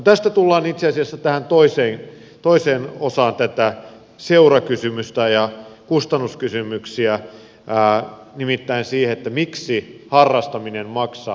tästä tullaan itse asiassa tähän toiseen osaan tätä seurakysymystä ja kustannuskysymyksiä nimittäin siihen miksi harrastaminen maksaa